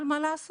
אבל מה לעשות?